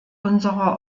unserer